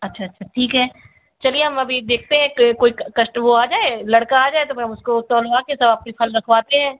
अच्छा अच्छा ठीक है चलिए हम अभी देखते हैं के कोई कष्ट वो आ जाए लड़का आ जाए तो मैं उसको तुलवा के तब आपके फल रखवाते हैं